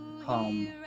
home